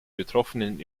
betroffenen